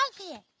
here.